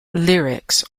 lyrics